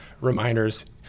reminders